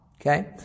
Okay